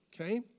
okay